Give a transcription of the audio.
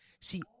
See